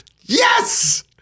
Yes